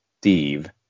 Steve